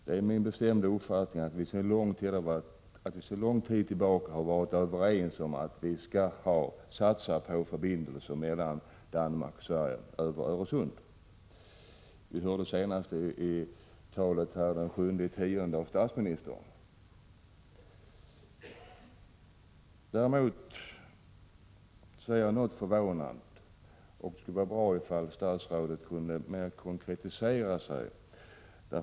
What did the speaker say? Det är min bestämda uppfattning att vi sedan lång tid tillbaka har varit överens om att vi skall satsa på förbindelser mellan Danmark och Sverige över Öresund. Vi hörde det senast i talet den 7 oktober av statsministern. Men jag är ändå något förvånad och skulle vilja att statsrådet konkretiserade sig.